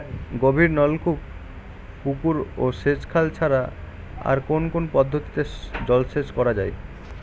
গভীরনলকূপ পুকুর ও সেচখাল ছাড়া আর কোন কোন পদ্ধতিতে জলসেচ করা যায়?